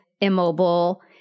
immobile